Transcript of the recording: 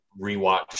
rewatch